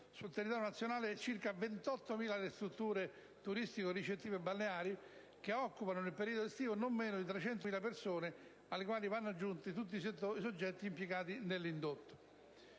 sul territorio nazionale sono circa 28.000 le strutture turistico-ricettive balneari che occupano nel periodo estivo non meno di 300.000 persone, alle quali vanno aggiunti tutti i soggetti impiegati nell'indotto,